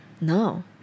No